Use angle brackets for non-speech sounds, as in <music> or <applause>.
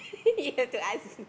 <laughs> you have to ask